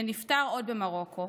שנפטר עוד במרוקו,